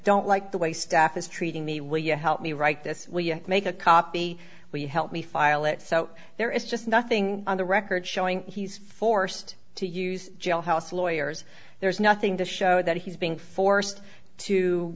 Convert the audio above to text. don't like the way staff is treating me will you help me write this we make a copy we help me file it so there is just nothing on the record showing he's forced to use jailhouse lawyers there's nothing to show that he's being forced to